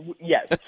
yes